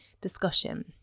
discussion